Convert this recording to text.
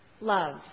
love